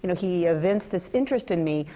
you know he evinced this interest in me.